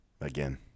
Again